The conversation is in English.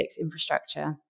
infrastructure